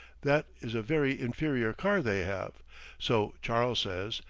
that is a very inferior car they have so charles says,